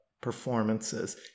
performances